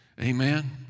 Amen